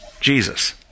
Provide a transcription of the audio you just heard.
Jesus